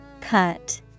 Cut